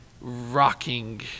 rocking